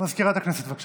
מזכירת הכנסת, בבקשה.